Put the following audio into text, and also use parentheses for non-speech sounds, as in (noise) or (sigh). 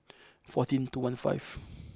fourteen two one five (noise)